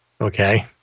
okay